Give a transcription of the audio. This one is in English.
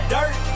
Dirt